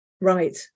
Right